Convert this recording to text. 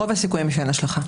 רוב הסיכויים שאין השלכה.